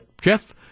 Jeff